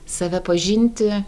save pažinti